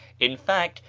in fact,